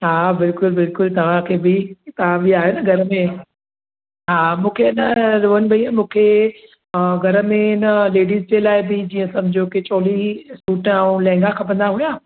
हा बिल्कुलु बिल्कुलु तव्हांखे बि तव्हां बि आयो न घर में हा मूंखे न रोहण भई मूंखे घर में न लेडीज जे लाइ जीअं सम्झो के चोली कुर्ता ऐं लहंगा खपंदा हुया